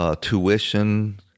tuition